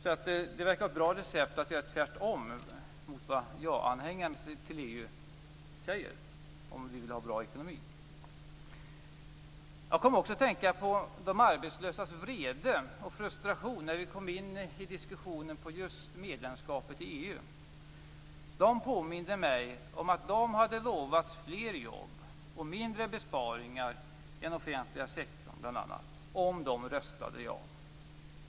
Det verkar vara ett bra recept att göra tvärtom mot vad ja-anhängarna till EMU säger om vi vill ha bra ekonomi. Jag kom också att tänka på de arbetslösas vrede och frustration när vi kom in på en diskussion om just medlemskapet i EU.